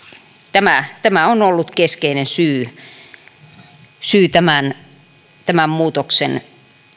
tämä tämä ollut keskeinen syy syy tämän tämän muutoksen